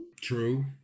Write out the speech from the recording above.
True